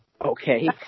Okay